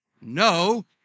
No